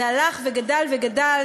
זה הלך וגדל וגדל.